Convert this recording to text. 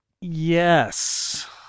yes